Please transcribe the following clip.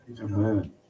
Amen